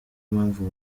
mpamvu